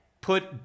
put